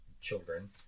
children